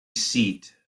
seat